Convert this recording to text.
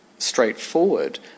straightforward